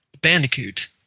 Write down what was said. Bandicoot